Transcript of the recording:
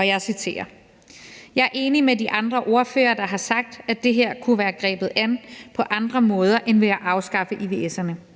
»Så er jeg enig med de andre ordførere, der har sagt, at det her kunne have været grebet an på andre måder end ved at afskaffe ivs'erne.